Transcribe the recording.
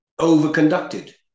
overconducted